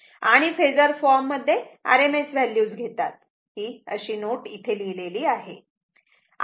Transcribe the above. आणि phasor form मध्ये RMS values घेतात ही अशी नोट इथे लिहिलेली आहे